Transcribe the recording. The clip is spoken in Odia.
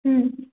ହୁଁ